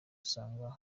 usanga